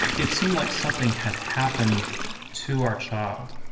it seemed like something had happened to our child